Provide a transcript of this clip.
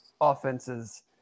offenses